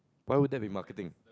why would there be marketing